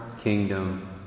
kingdom